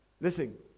Listen